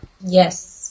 Yes